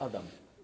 Adam.